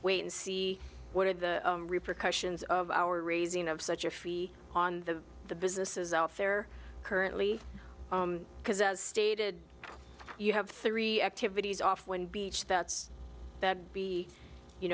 wait and see what are the repercussions of our raising of such a fee on the the businesses out there currently because as stated you have three activities off when beach that's that be you